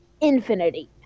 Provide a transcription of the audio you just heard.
Infinity